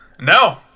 No